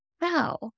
wow